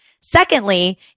Secondly